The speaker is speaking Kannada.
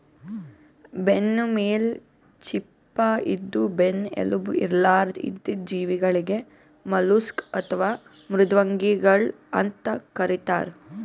ಬೆನ್ನಮೇಲ್ ಚಿಪ್ಪ ಇದ್ದು ಬೆನ್ನ್ ಎಲುಬು ಇರ್ಲಾರ್ದ್ ಇದ್ದಿದ್ ಜೀವಿಗಳಿಗ್ ಮಲುಸ್ಕ್ ಅಥವಾ ಮೃದ್ವಂಗಿಗಳ್ ಅಂತ್ ಕರಿತಾರ್